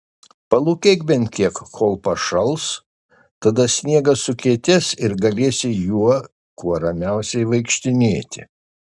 palūkėk bent kiek kol pašals tada sniegas sukietės ir galėsi juo kuo ramiausiai vaikštinėti